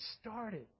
started